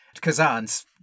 Kazan's